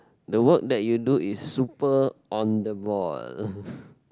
the work that you do is super on the ball